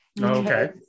Okay